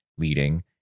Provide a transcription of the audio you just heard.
leading